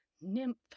nymph